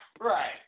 Right